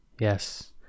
yes